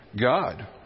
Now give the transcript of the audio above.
God